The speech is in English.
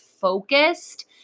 focused